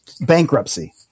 bankruptcy